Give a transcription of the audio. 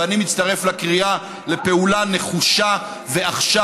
ואני מצטרף לקריאה לפעולה נחושה, ועכשיו,